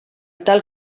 tal